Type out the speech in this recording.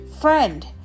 friend